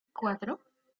cuatro